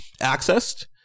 accessed